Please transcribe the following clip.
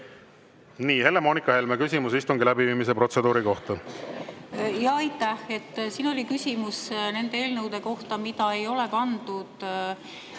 Helle-Moonika Helme, küsimus istungi läbiviimise protseduuri kohta. Aitäh! Siin oli küsimus eelnõude kohta, mida ei ole pandud